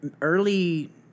early